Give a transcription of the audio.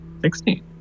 16